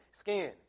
skin